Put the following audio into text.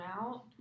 out